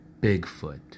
Bigfoot